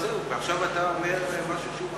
ועכשיו אתה אומר משהו שהוא,